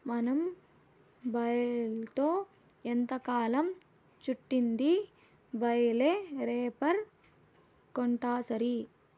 మనం బేల్తో ఎంతకాలం చుట్టిద్ది బేలే రేపర్ కొంటాసరి